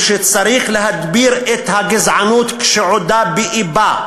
שצריך להדביר את הגזענות בעודה באבה,